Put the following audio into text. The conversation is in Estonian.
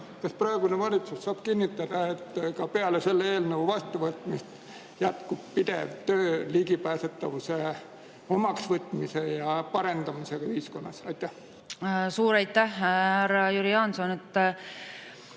Kas praegune valitsus saab kinnitada, et ka peale selle eelnõu vastuvõtmist jätkub pidev töö ligipääsetavuse omaksvõtmise ja parendamisega ühiskonnas? Suur